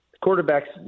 quarterback's